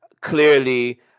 clearly